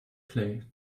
play